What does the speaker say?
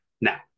Now